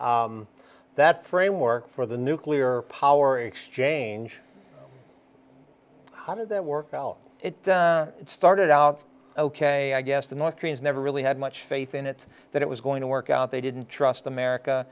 that framework for the nuclear power exchange how did that work out it started out ok i guess the north koreans never really had much faith in it that it was going to work out they didn't trust america